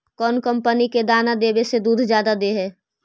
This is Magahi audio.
कौन कंपनी के दाना देबए से दुध जादा दे है?